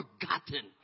forgotten